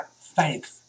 faith